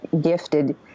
gifted